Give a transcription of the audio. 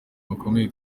bakomeye